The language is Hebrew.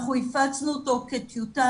אנחנו הפצנו אותו כטיוטה,